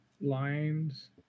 lines